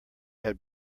had